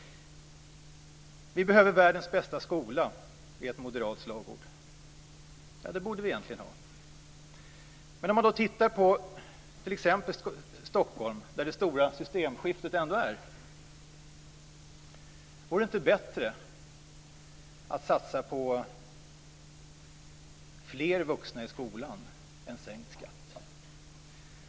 Vi behöver världens bästa skola, lyder ett moderat slagord. Ja, det borde vi egentligen ha. Men låt oss då titta på t.ex. Stockholm, där det stora systemskiftet ändå sker. Vore det inte bättre att satsa på fler vuxna i skolan än på sänkt skatt?